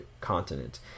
continent